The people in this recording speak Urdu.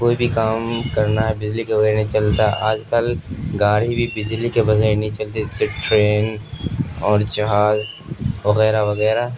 کوئی بھی کام کرنا ہے بجلی کے وغیر نہیں چلتا آج کل گاڑی بھی بجلی کے وغیرہ نہیں چلتی جیسے ٹرین اور جہاز وغیرہ وغیرہ